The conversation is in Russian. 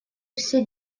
все